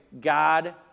God